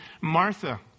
Martha